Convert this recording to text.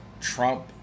Trump